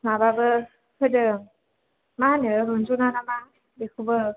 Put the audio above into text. माबाबो फोदों मा होनो रनज'ना ना मा बेखौबो